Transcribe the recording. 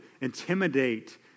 intimidate